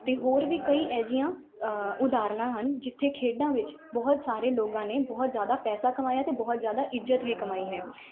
ਅਤੇ ਹੋਰ ਵੀ ਕਈ ਇਹੋ ਜਿਹੀਆਂ ਉਦਾਹਰਨਾਂ ਹਨ ਜਿੱਥੇ ਖੇਡਾਂ ਵਿੱਚ ਬਹੁਤ ਸਾਰੇ ਲੋਕਾਂ ਨੇ ਬਹੁਤ ਜ਼ਿਆਦਾ ਪੈਸਾ ਕਮਾਇਆ ਅਤੇ ਬਹੁਤ ਜ਼ਿਆਦਾ ਇੱਜ਼ਤ ਵੀ ਕਮਾਈ ਹੈ